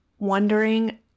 Wondering